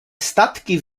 statky